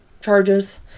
charges